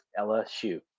LSU